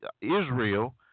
Israel